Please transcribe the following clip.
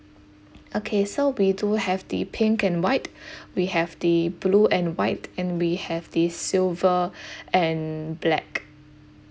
okay so we do have the pink and white we have the blue and white and we have the silver and black